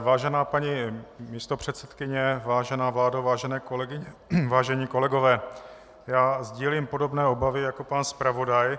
Vážená paní místopředsedkyně, vážená vládo, vážené kolegyně, vážení kolegové, já sdílím podobné obavy jako pan zpravodaj.